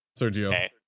Sergio